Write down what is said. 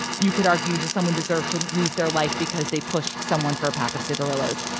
you could argue, does someone deserve to lose their life because they pushed someone for a pack of cigarillos?